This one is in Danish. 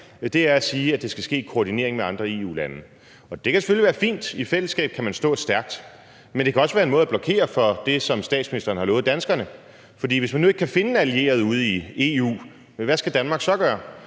her, er at sige, at det skal ske i koordinering med andre EU-lande, og det kan selvfølgelig være fint, i fællesskab kan man stå stærkt, men det kan også være en måde at blokere for det, som statsministeren har lovet danskerne. For hvis man nu ikke kan finde en allieret ude i EU, hvad skal Danmark så gøre?